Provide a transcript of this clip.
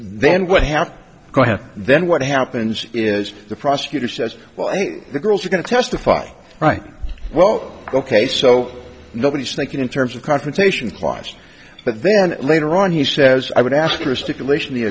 then what have you have then what happens is the prosecutor says well i think the girls are going to testify right well ok so nobody's thinking in terms of confrontation clause but then later on he says i would ask for a stipulation the